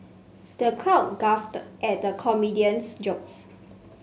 the crowd guffawed at comedian's jokes